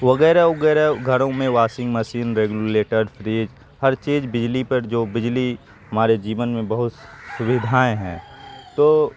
وغیرہ وغیرہ گھروں میں واسنگ مسین ریگولیٹر فریج ہر چیز بجلی پر جو بجلی ہمارے جیون میں بہت سویدھائیں ہیں تو